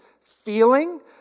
feeling